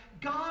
God